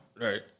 Right